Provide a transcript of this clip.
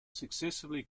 successfully